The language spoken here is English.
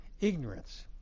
ignorance